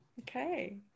okay